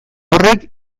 horrek